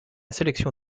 sélection